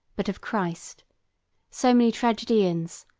but of christ so many tragedians,